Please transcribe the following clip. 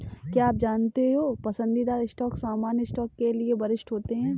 क्या आप जानते हो पसंदीदा स्टॉक सामान्य स्टॉक के लिए वरिष्ठ होते हैं?